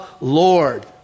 Lord